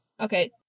okay-